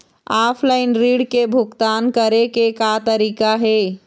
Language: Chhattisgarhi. ऑफलाइन ऋण के भुगतान करे के का तरीका हे?